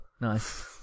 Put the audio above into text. Nice